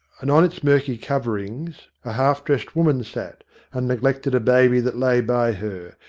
and on its murky coverings a half-dressed woman sat and neglected a baby that lay by her,